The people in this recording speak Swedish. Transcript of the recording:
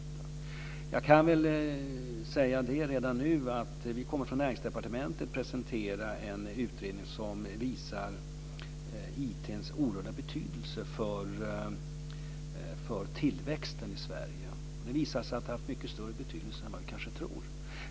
Jag kan redan nu säga att vi kommer från Näringsdepartementet att presentera en utredning som visar IT:s oerhörda betydelse för tillväxten i Sverige. Det visar sig att den har haft mycket större betydelse än vad vi kanske tror.